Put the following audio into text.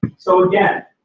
so again.